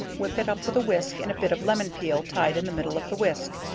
whip it up with a whisk and a bit of lemon peel tyed in the middle of the whisk,